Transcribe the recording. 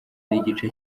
n’igice